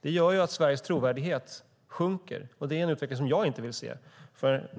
Det gör att Sveriges trovärdighet sjunker, och det är en utveckling som jag inte vill se.